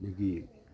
ꯑꯗꯒꯤ